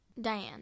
Diane